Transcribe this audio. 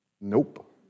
Nope